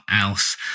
else